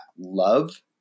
love